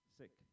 sick